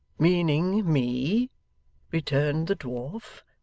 meaning me returned the dwarf.